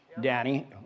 Danny